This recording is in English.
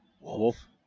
Wolf